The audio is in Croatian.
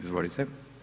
Izvolite.